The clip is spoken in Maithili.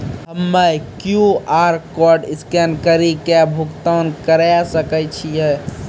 हम्मय क्यू.आर कोड स्कैन कड़ी के भुगतान करें सकय छियै?